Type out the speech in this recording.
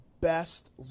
best